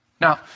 Now